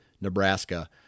Nebraska